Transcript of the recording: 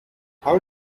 how